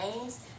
names